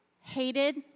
hated